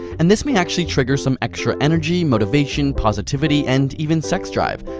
and this may actually trigger some extra energy, motivation, positivity, and even sex drive.